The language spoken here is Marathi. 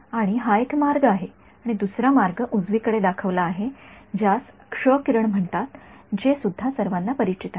आणि हा एक मार्ग आहे आणि दुसरा मार्ग उजवीकडे दाखवला आहे ज्यास क्ष किरण म्हणतात जे सुद्धा सर्वाना परिचित आहे